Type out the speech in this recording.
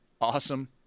Awesome